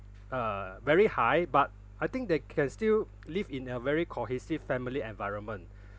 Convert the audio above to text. uh very high but I think they can still live in a very cohesive family environment